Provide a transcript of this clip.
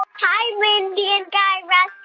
hi, mindy and guy raz.